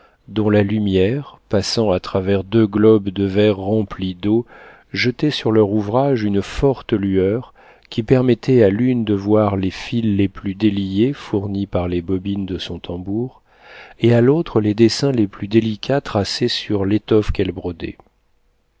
dont la lumière passant à travers deux globes de verre remplis d'eau jetait sur leur ouvrage une forte lueur qui permettait à l'une de voir les fils les plus déliés fournis par les bobines de son tambour et à l'autre les dessins les plus délicats tracés sur l'étoffe qu'elle brodait